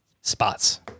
spots